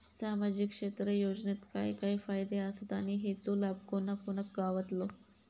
सामजिक क्षेत्र योजनेत काय काय फायदे आसत आणि हेचो लाभ कोणा कोणाक गावतलो?